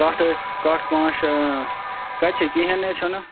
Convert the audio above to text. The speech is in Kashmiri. کٹھ ٲسۍ کَٹھ پانٛژھ شیٚے اۭں کَتہِ چھِ کِہیٖنۍ نہ چھُنہ